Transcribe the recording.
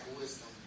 wisdom